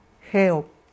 help